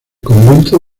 convento